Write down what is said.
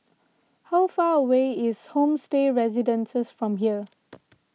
how far away is Homestay Residences from here